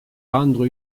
rendre